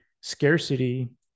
scarcity